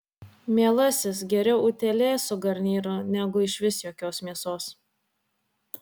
mielasis geriau utėlė su garnyru negu išvis jokios mėsos